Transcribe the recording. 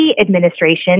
administration